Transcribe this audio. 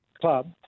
club